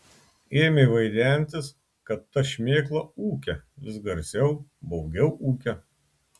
ėmė vaidentis kad ta šmėkla ūkia vis garsiau baugiau ūkia